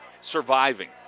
surviving